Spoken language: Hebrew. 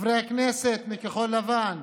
חברי הכנסת מכחול לבן,